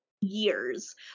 years